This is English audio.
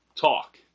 talk